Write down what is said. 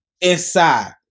inside